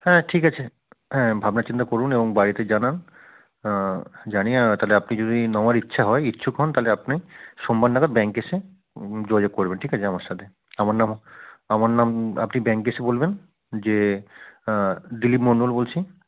হ্যাঁ ঠিক আছে হ্যাঁ ভাবনা চিন্তা করুন এবং বাড়িতে জানান জানিয়ে তাহলে আপনি যদি নেওয়ার ইচ্ছা হয় ইচ্ছুক হন তাহলে আপনি সোমবার নাগাদ ব্যাঙ্কে এসে যোগাযোগ করবেন ঠিক আছে আমার সাথে আমার নাম আমার নাম আপনি ব্যাঙ্কে এসে বলবেন যে দিলীপ মণ্ডল বলছি